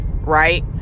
right